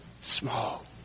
small